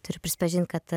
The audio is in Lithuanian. turiu prisipažint kad